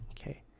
Okay